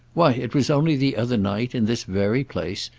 why it was only the other night, in this very place,